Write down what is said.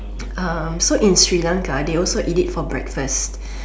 um so in Sri-Lanka they also eat it for breakfast